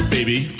Baby